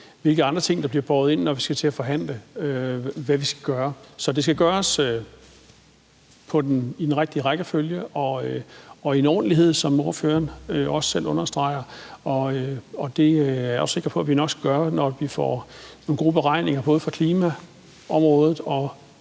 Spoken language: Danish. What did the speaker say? hvilke andre ting der bliver båret ind, når vi skal til at forhandle om, hvad vi skal gøre. Så det skal gøres i den rigtige rækkefølge og med en ordentlighed, som spørgeren også selv understreger. Og det er jeg også sikker på at vi nok skal gøre, når vi får nogle gode beregninger, både fra klimaområdet og